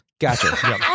Gotcha